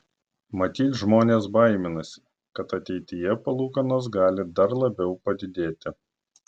matyt žmonės baiminasi kad ateityje palūkanos gali dar labiau padidėti